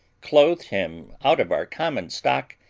clothed him out of our common stock,